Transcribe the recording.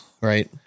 Right